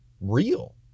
real